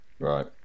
Right